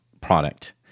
product